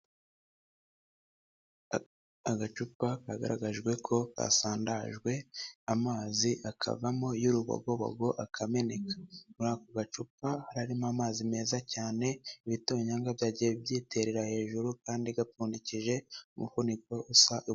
Agacupa kagaragajwe ko kasandajwe amazi, akavamo y'urubogobogo akameneka, muri ako gacupa harimo amazi meza cyane, ibitonyanga byagiye byiterera hejuru, kandi gapfundikije umufuniko usa.